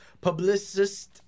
publicist